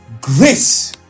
grace